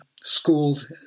schooled